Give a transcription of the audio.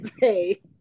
say